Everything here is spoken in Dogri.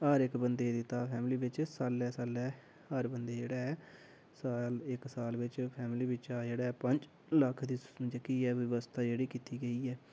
हर इक बंदे गी दित्ते दा फैमली बिच साल्लै साल्लै हर बंदे गी जेह्ड़ा ऐ साल इक साल बिच फैमली बिच्चा जेह्ड़ा ऐ पंञ लक्ख दी जेह्की ऐ व्यवस्था जेह्ड़ी ऐ कीती गेई ऐ